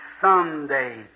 someday